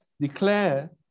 declare